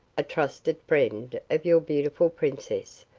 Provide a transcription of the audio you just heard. a trusted friend of your beautiful princess,